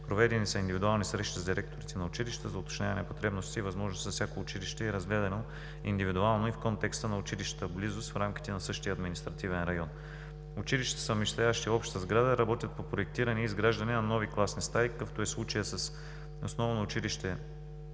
Проведени са индивидуални срещи с директорите на училища за уточняване потребностите и възможностите за всяко училище, разгледано индивидуално и в контекста на училищната близост, в рамките на същия административен район. Училищата, съвместяващи обща сграда, работят по проектиране и изграждане на нови класни стаи, какъвто е случаят с Основно училище